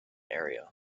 area